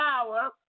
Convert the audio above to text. power